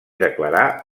declarar